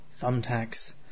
thumbtacks